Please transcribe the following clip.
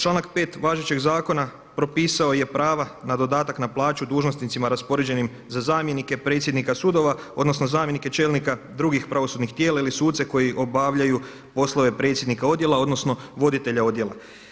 Članak 5. važećeg zakona propisao je prava na dodatak na plaću dužnosnicima raspoređenim za zamjenike predsjednika sudova odnosno zamjenike čelnika drugih pravosudnih tijela ili suce koji obavljaju poslove predsjednika odjela odnosno voditelja odjela.